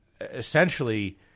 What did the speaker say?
essentially